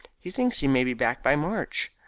he thinks he may be back by march.